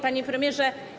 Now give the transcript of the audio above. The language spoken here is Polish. Panie Premierze!